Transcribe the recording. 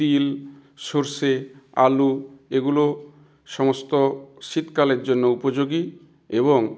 তিল সর্ষে আলু এগুলো সমস্ত শীতকালের জন্য উপযোগী এবং